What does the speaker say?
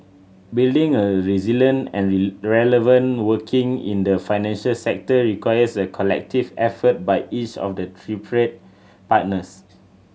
building a resilient and relevant working in the financial sector requires a collective effort by each of the tripartite partners